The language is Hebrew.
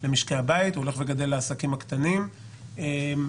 הסכומים שאנחנו שמנו כאן לגבי תיקון החוק האמור,